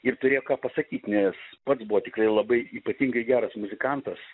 ir turėjo ką pasakyt nes pats buvo tikrai labai ypatingai geras muzikantas